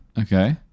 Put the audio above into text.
Okay